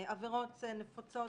עבירות נפוצות